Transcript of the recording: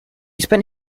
spent